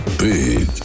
big